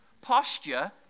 Posture